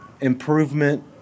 improvement